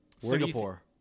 Singapore